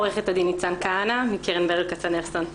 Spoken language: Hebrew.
אני מקרן ברל כצנלסון.